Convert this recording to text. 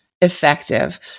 effective